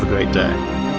great day!